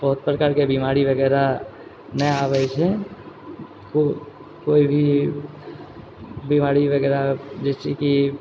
बहुत प्रकारके बीमारी वगैरह नहि आबै छै कोई भी बीमारी वगैरह जे छै की